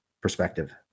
perspective